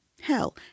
Hell